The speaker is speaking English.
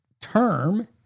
term